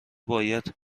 باید